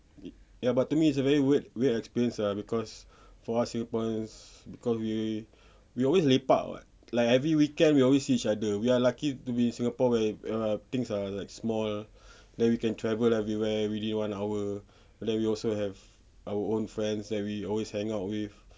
ya but to me it's a very weird weird experience ah cause for us singaporeans cause we we always lepak [what] like every weekend we always see each other we are lucky to be in singapore where where things are like small then we can travel everywhere within one hour then we also have our own friends that we always hang out with